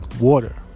Water